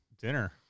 dinner